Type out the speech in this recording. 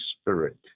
Spirit